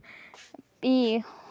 भी